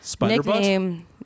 nickname